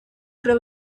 tell